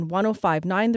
1059